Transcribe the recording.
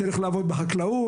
שתלך לעבוד בחקלאות,